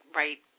right